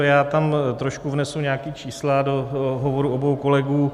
Já tam trošku vnesu nějaká čísla, do hovoru obou kolegů.